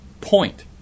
point